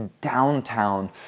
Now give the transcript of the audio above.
downtown